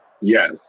Yes